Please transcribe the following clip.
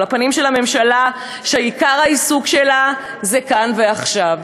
הפנים של ממשלה שעיקר העיסוק שלה זה כאן ועכשיו,